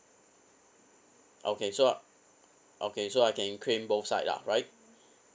okay so okay so I can claim both side lah right